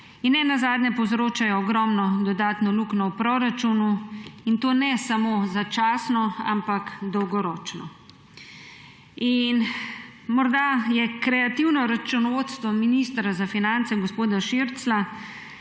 in ne nazadnje povzročajo ogromno dodatno luknjo v proračunu, in to ne samo začasno, ampak dolgoročno. Morda je kreativno računovodstvo ministra za finance gospoda Širclja